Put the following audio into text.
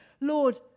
Lord